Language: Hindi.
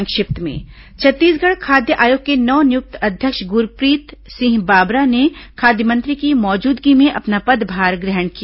संक्षिप्त समाचार छत्तीसगढ़ खाद्य आयोग के नव नियुक्त अध्यक्ष गुरप्रीत सिंह बाबरा ने खाद्य मंत्री की मौजूदगी में अपना पदभार ग्रहण किया